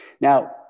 Now